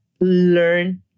learn